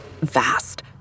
Vast